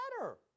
better